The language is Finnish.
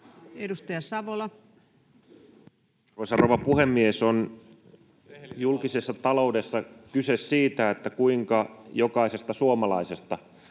Edustaja Savola. Arvoisa rouva puhemies! Julkisessa taloudessa on kyse siitä, kuinka jokaisesta suomalaisesta